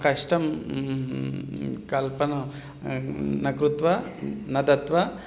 कष्टं कल्पनं न कृत्वा न दत्वा